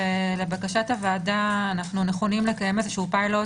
ולבקשת הוועדה אנחנו נכונים לקיים פילוט.